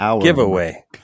giveaway